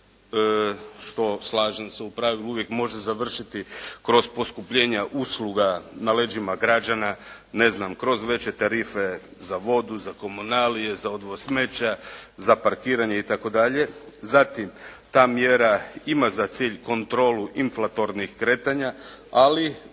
što slažem se u pravilu uvijek može završiti kroz poskupljenja usluga na leđima građana, ne znam kroz veće tarife za vodu, za komunalije, za odvoz smeća, za parkiranje itd., zatim ta mjera ima za cilj kontrolu inflatornih kretanja, ali